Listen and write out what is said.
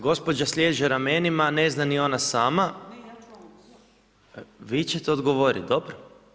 Gospođa sliježe ramenima, ne zna ni ona sama. … [[Upadica se ne čuje.]] Vi ćete odgovoriti, dobro.